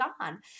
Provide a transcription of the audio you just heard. on